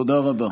תודה רבה.